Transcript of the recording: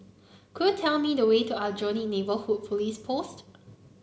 could you tell me the way to Aljunied Neighbourhood Police Post